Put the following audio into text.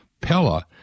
pella